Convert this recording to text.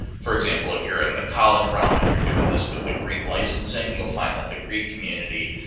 for example, if you're in the college realm and you're doing this with the greek licensing, you'll find that the greek community,